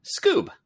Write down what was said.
Scoob